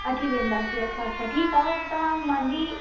अची वेंदासीं अच्छा अच्छा ठीकु आहे तव्हां मुंहिंजी